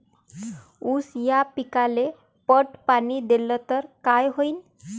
ऊस या पिकाले पट पाणी देल्ल तर काय होईन?